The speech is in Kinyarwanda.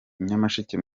nyamasheke